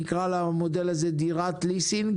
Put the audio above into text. נקרא למודל הזה דירת ליסינג